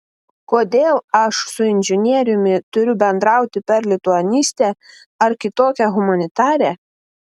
kodėl aš su inžinieriumi turiu bendrauti per lituanistę ar kitokią humanitarę